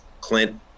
Clint